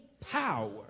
power